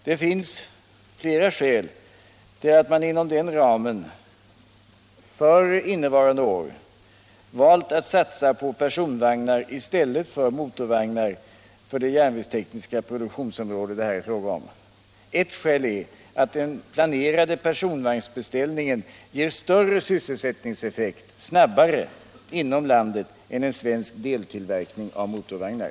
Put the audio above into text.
Det finns flera skäl till att man inom den ramen för innevarande år valt att satsa på personvagnar i stället för motorvagnar på det järnvägstekniska produktionsområde som det här är fråga om. Ett skäl är att den planerade personvagnsbeställningen ger större sysselsättningseffekt snabbare inom landet än en svensk deltillverkning av motorvagnar.